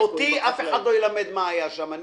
אותי אף אחד לא ילמד מה היה שם.